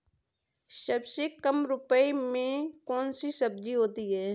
सबसे कम रुपये में कौन सी सब्जी होती है?